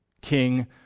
King